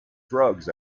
drugs